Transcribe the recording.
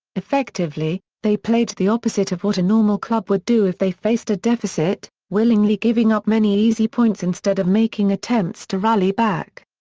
effectively, they played the opposite of what a normal club would do if they faced a deficit, willingly giving up many easy points instead of making attempts to rally back.